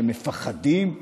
שמפחדים: